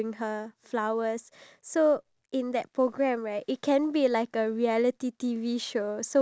sort of like a reality show well I get uh couples like who are married over a period of time